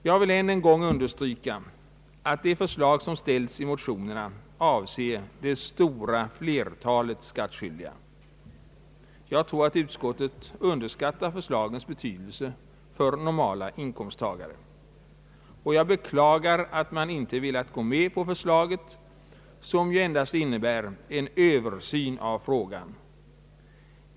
Jag vill än en gång understryka att det förslag som framförts i motionerna avser det stora flertalet skattskyldiga. Jag tror att utskottet underskattar förslagets betydelse för normala inkomsttagare, och jag beklagar att utskottet inte velat gå med på förslaget, som ju endast innebär en översyn av frågan.